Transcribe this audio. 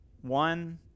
One